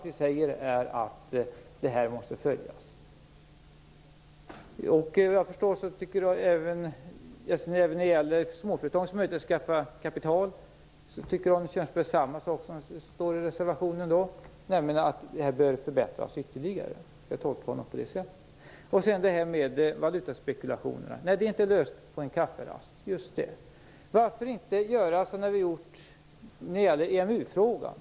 Vi säger bara att det här måste följas. Även när det gäller småföretagens möjligheter att skaffa kapital tycker Arne Kjörnsberg samma sak som står i reservationen, nämligen att de bör förbättras ytterligare. Jag tolkar honom på det sättet. Problemet med valutaspekulationerna är inte löst på en kafferast. Varför inte göra som vi gjorde i EMU-frågan?